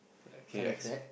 okay ex~